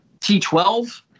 T12